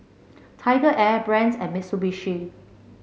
TigerAir Brand's and Mitsubishi